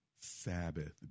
Sabbath